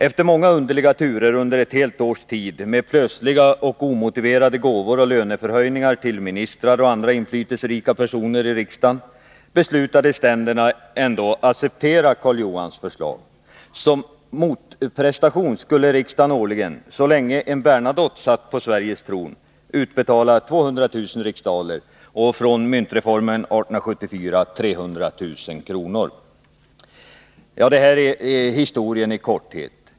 Efter många underliga turer under ett helt års tid med plötsliga och omotiverade gåvor och löneförhöjningar till ministrar och andra inflytelserika personer i riksdagen beslutade ständerna att acceptera Karl Johans förslag. Som motprestation skulle riksdagen, så länge en Bernadotte satt på Sveriges tron, årligen utbetala 200 000 riksdaler — efter myntreformen 1874 300 000 kr.